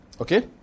Okay